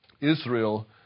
Israel